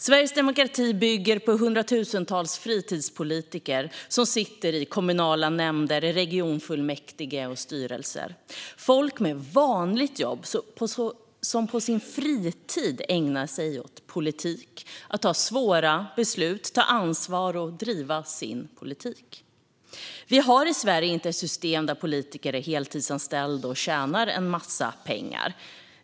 Sveriges demokrati bygger på hundratusentals fritidspolitiker som sitter i kommunala nämnder, regionfullmäktige och styrelser. Detta är folk med ett vanligt jobb, som på sin fritid ägnar sig åt politik och åt att ta svåra beslut, att ta ansvar och att driva sin politik. Sverige har inte ett system där politiker är heltidsanställda och tjänar en massa pengar.